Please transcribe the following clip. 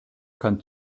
kann